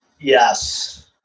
Yes